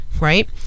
Right